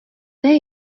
there